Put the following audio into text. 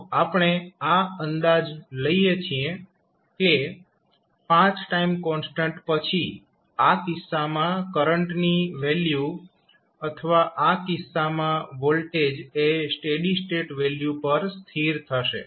તો આપણે આ અંદાજ લઈએ છીએ કે 5 ટાઇમ કોન્સ્ટન્ટ પછી આ કિસ્સામાં કરંટની વેલ્યુ અથવા આ કિસ્સામાં વોલ્ટેજ એ સ્ટેડી સ્ટેટ વેલ્યુ પર સ્થિર થશે